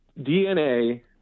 DNA